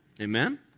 Amen